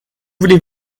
voulez